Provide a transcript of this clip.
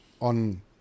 on